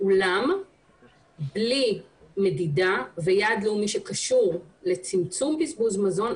אולם בלי מדידה ויעד לאומי שקשור לצמצום בזבוז מזון,